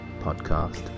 podcast